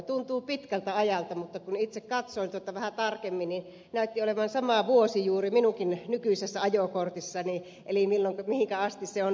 tuntuu pitkältä ajalta mutta kun itse katsoin tuota vähän tarkemmin näytti olevan sama vuosi juuri minunkin nykyisessä ajokortissani mihinkä asti se on voimassa